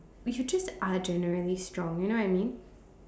you just are generally strong you know I mean